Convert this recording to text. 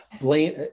Blame